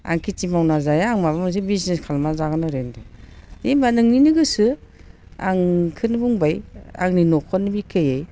आं खेथि मावनानै जाया आं माबा मोनसे बिजनेस खालामनानै जागोन ओरै होनदों दे होनबा नोंनिनो गोसो आं बेखौनो बुंबाय आंनि न'खरनि बिखयै